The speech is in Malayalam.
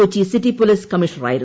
Kochi city police കമ്മീഷണറായിരുന്നു